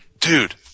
Dude